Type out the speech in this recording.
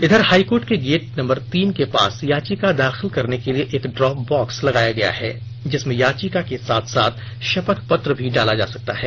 इधर high court के gate number तीन के पास याचिका दाखिल करने के लिए एक ड्रॉप बॉक्स लगाया गया है जिसमें याचिका के साथ साथ शपथपत्र भी डाला जा सकता है